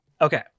Okay